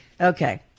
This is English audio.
Okay